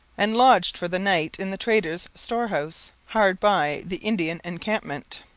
and lodged for the night in the traders' storehouse, hard by the indian encampment.